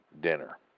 dinner